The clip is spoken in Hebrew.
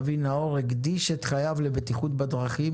אבי נאור הקדיש את חייו לבטיחות בדרכים.